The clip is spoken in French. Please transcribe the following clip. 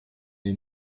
est